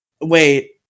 Wait